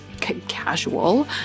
casual